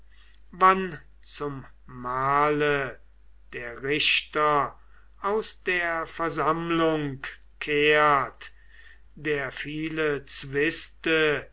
wann zum mahle der richter aus der versammlung kehrt der viele zwiste